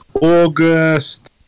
August